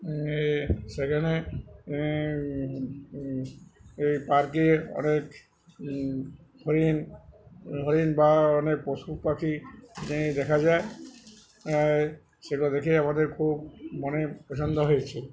সেখানে এই পার্কে অনেক হরিণ হরিণ বা অনেক পশু পাখি দেখা যায় সেগুলো দেখে আমাদের খুব মনে পছন্দ হয়েছে